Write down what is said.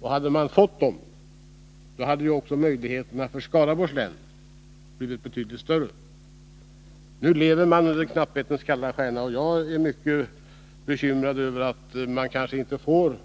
Om man hade fått dem, hade ju också möjligheterna för Skaraborgs län blivit betydligt större. Nu lever man under knapphetens kalla stjärna. Jag är mycket bekymrad över att man kanske inte får